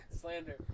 Slander